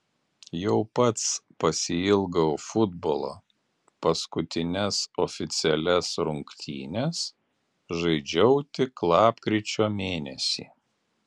jau pats pasiilgau futbolo paskutines oficialias rungtynes žaidžiau tik lapkričio mėnesį